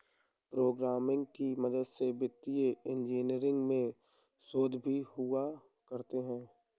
programming की मदद से वित्तीय इन्जीनियरिंग में शोध भी हुआ करते हैं